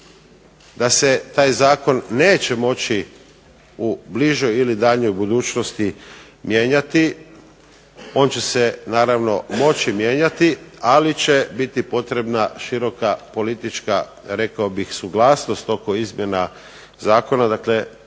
da se taj zakon neće moći u bližoj ili daljnjoj budućnosti mijenjati. On će se naravno moći mijenjati, ali će biti potrebna široka politička rekao bih suglasnost oko izmjena zakona. Dakle,